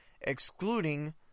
excluding